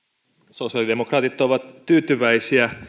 sosiaalidemokraatit ovat tyytyväisiä